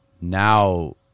now